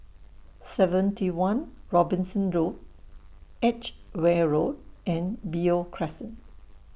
seventy one Robinson Road Edgware Road and Beo Crescent